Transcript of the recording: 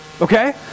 okay